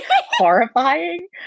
Horrifying